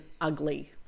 ugly